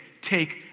take